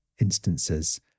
instances